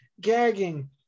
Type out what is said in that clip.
Gagging